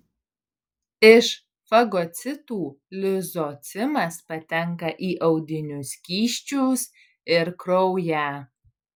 iš fagocitų lizocimas patenka į audinių skysčius ir kraują